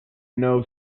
know